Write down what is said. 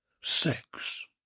sex